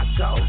go